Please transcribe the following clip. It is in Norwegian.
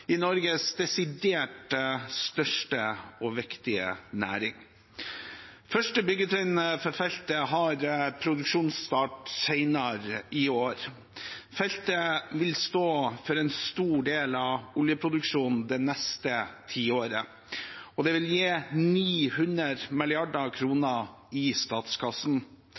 i Norges desidert største og viktigste næring. Første byggetrinn for feltet har produksjonsstart senere i år. Feltet vil stå for en stor del av oljeproduksjonen det neste tiåret. Det vil gi 900 mrd. kr i statskassen.